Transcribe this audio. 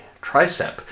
tricep